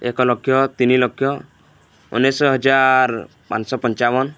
ଏକ ଲକ୍ଷ ତିନି ଲକ୍ଷ ଉଣେଇଶି ହଜାର ପାଞ୍ଚଶହ ପଞ୍ଚାବନ